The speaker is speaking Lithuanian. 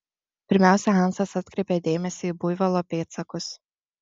pirmiausia hansas atkreipė dėmesį į buivolo pėdsakus